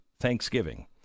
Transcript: Thanksgiving